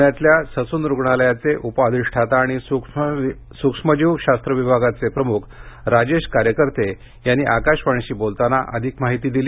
प्ण्याल्या ससून रूग्णालयाचे उप अधिष्ठाता आणि स्क्ष्मजीव शास्त्र विभागाचे प्रमुख राजेश कायकर्ते यांनी आकाशवाणीशी बोलताना अधिक माहिती दिली